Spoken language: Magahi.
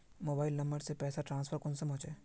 मोबाईल नंबर से पैसा ट्रांसफर कुंसम होचे?